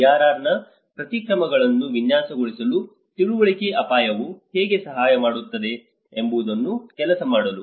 DRR ನ ಪ್ರತಿಕ್ರಮಗಳನ್ನು ವಿನ್ಯಾಸಗೊಳಿಸಲು ತಿಳುವಳಿಕೆ ಅಪಾಯವು ಹೇಗೆ ಸಹಾಯ ಮಾಡುತ್ತದೆ ಎಂಬುದನ್ನು ಕೆಲಸ ಮಾಡಲು